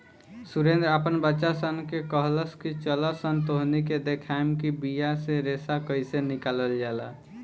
सुरेंद्र आपन बच्चा सन से कहलख की चलऽसन तोहनी के देखाएम कि बिया से रेशा कइसे निकलाल जाला